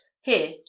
Here